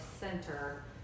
center